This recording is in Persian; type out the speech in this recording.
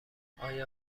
آیا